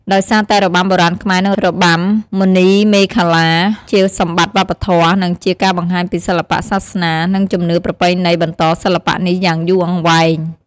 ដោយសារតែរបាំបុរាណខ្មែរនិងរបាំមណីមេខលា ជាសម្បត្តិវប្បធម៌ និងជាការបង្ហាញពីសិល្បៈ សាសនា និងជំនឿប្រពៃណីបន្តសិល្បៈនេះយ៉ាងយូរអង្វែង។